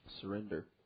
surrender